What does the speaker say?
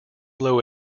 low